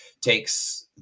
takes